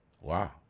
Wow